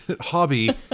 hobby